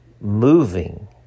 moving